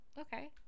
Okay